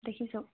দেখিছোঁ